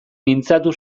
mintzatu